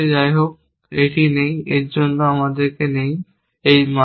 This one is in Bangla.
যাইহোক এটি নেই এর জন্য আমাদের নেই এই মান